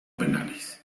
penales